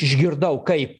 išgirdau kaip